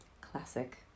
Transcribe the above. Classic